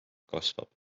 kasvab